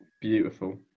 Beautiful